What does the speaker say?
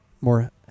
more